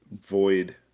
void